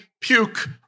puke